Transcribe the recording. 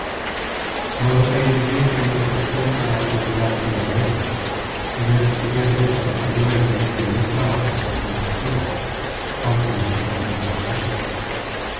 de vivir que los sustenta la ociosidad y la pereza y no es pequeña pereza dejar yo el remedio de mis trabajos en las ajenas aunque misericordiosas manos